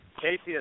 Casey